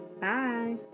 bye